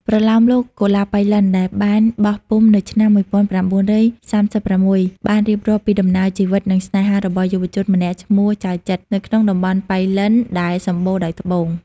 ប្រលោមលោក កុលាបប៉ៃលិន ដែលបានបោះពុម្ពនៅឆ្នាំ ១៩៣៦ បានរៀបរាប់ពីដំណើរជីវិត និងស្នេហារបស់យុវជនម្នាក់ឈ្មោះ ចៅចិត្រ នៅក្នុងតំបន់ប៉ៃលិនដែលសម្បូរដោយត្បូង។